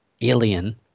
alien